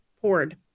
poured